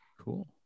Cool